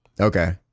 Okay